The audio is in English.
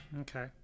Okay